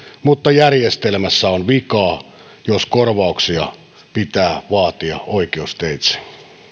mutta järjestelmässä on vikaa jos korvauksia pitää vaatia oikeusteitse